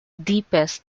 deepest